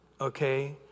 okay